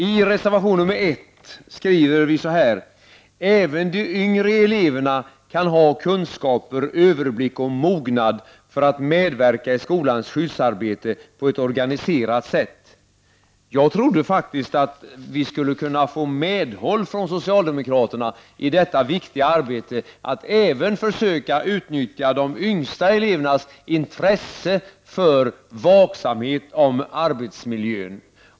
I reservation 1 skriver folkpartiet tillsammans med miljöpartiet: ”Även de yngre eleverna kan ha kunskaper, överblick och mognad för att medverka i skolans skyddsarbete på ett organiserat sätt.” Jag trodde faktiskt att vi skulle kunna få medhåll från socialdemokraterna i detta viktiga arbete att även försöka utnyttja de yngsta elevernas intresse för vaksamhet i fråga om arbetsmiljön.